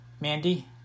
Mandy